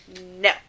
no